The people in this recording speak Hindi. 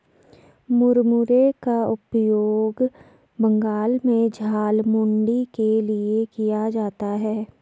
मुरमुरे का उपयोग बंगाल में झालमुड़ी के लिए किया जाता है